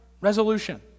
resolution